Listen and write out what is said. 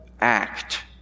Act